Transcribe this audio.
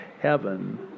heaven